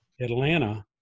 Atlanta